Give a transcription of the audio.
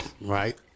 Right